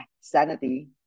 sanity